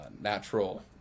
natural